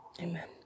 Amen